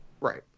right